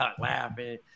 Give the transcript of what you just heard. laughing